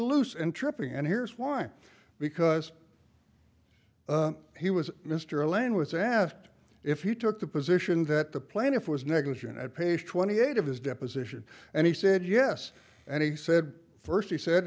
loose and tripping and here's why because he was mr lane was asked if you took the position that the plaintiff was negligent at page twenty eight of his deposition and he said yes and he said first he said